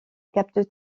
capte